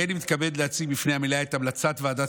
הריני מתכבד להציג בפני המליאה את המלצת ועדת